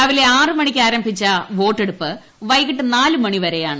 രാവിലെ ആറ് മണിക്ക് ആരംഭിച്ച വോട്ടെടുപ്പ് വൈകിട്ട് നാല് മണി വരെയാണ്